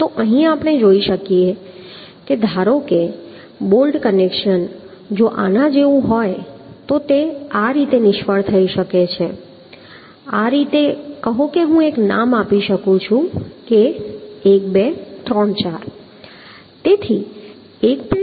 તો અહીં આપણે જોઈ શકીએ છીએ કે ધારો કે બોલ્ટ કનેક્શન જો આના જેવું હોય તો તે આ રીતે નિષ્ફળ થઈ શકે છે આ રીતે કહો કે હું એક નામ આપી શકું છું કે 1 2 3 4